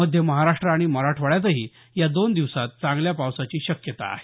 मध्य महाराष्ट्र आणि मराठवाड्यातही या दोन दिवसात चांगल्या पावसाची शक्यता आहे